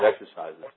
exercises